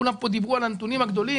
כולם פה דיברו על הנתונים הגדולים,